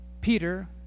Peter